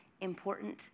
important